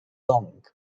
long